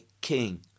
king